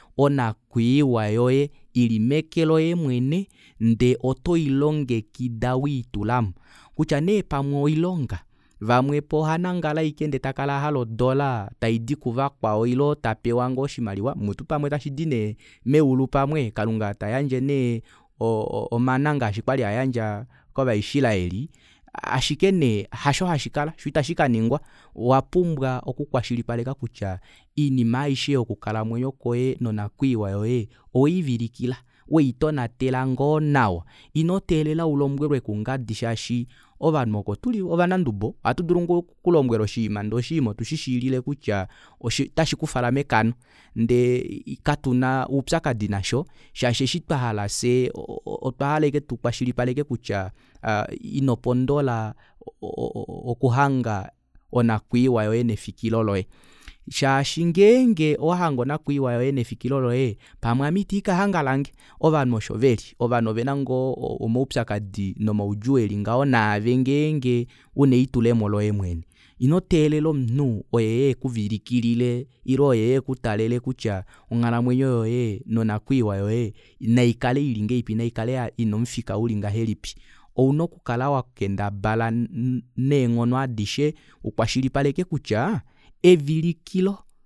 Onakwiiwa yoye ili meke loye mwene ndee oto ilongekida wiitulamo kutya nee pamwe oilonga vamwepo ohanangala ashike ndee takala ahala odora taidi kuvakwao ile tapewa ngoo oshimaliwa mutu pamwe tashidi nee meulu pamwe kalunga tayadje nee omana ngaashi kwali aayandja kova israeli ashike nee hasho hashikala shoo itashikaningwa owa pumbwa okukwashilipaleka kutya iinima aishe yokukalamwenyo kwoye nonakwiiwa yoye oweivilikila weitonatela ngoo nawa ino teelela ulombwelwe kungadi shaashi ovanhu okotuli ovanandubo ohatu dulu ngoo okukulombwela oshiima ndee oshiima otushishilile kutya otashiku twala mekano ndee katuna oupyakadi nasho shaashi eshi twahala fyee o- o- o otwa hala ashike tukwa shilipaleke kutya inopondola okuhanga onakwiiwa yoye nefikilo loye shaashi ngenge owahange onakwiiwa yoye nefikilo loye pamwe ame itiikahanga lange ovanhu osho veli ovanhu ovena ngoo omaupyakadi nomaudjuu eli ngaho naave ngenge una elitulemo loye mwene ino teelela omunhu oye euye ekuvilikilile ile oye euye ekutalele kutya onghalamwenyo yoye nonakwiiwa yoye naikale ili ngahelipi naikale ina omufika ulingahelipi ouna okukala wakendabala neenghono adishe ukwashilipaleke kutya evilikilo